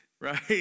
right